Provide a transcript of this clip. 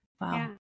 Wow